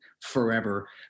forever